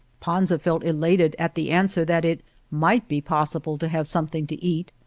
panza felt elated at the answer that it might be possible to have something to eat.